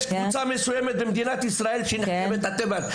יש קבוצה מסוימת במדינת ישראל שהיא נחשבת לאתם.